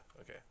Okay